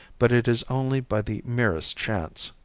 but it is only by the merest chance.